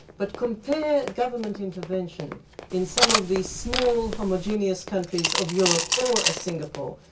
but compare government intervention in some of the small, homogenous countries of europe or ah singapore,